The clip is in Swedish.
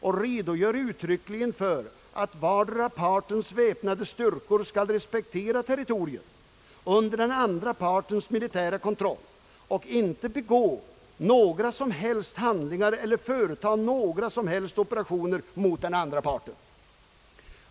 Det redogörs uttryckligen för att vardera partens väpnade styrkor skall respektera territorium under den andra partens militära kontroll och inte begå några som helst handlingar eller företa några som helst operationer mot den andra parten.